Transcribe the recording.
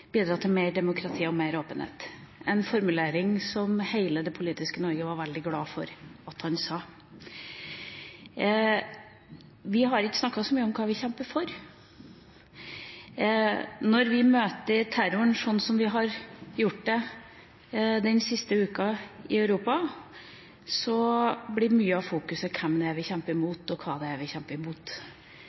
bidra til mer demokrati og mer åpenhet, en formulering som hele det politiske Norge var veldig glad for. Vi har ikke snakket så mye om hva vi kjemper for. Når vi møter terroren sånn som vi har gjort den siste uka i Europa, blir mye av fokuset på hvem det er vi kjemper imot, og hva det er vi kjemper imot.